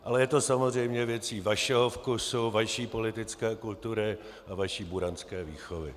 Ale je to samozřejmě věcí vašeho vkusu, vaší politické kultury a vaší buranské výchovy.